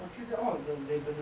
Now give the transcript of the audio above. three days orh the lebanon